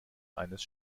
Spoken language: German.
eines